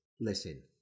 listen